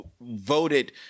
voted